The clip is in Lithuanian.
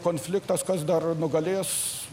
konfliktas kas dar nugalės